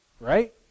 right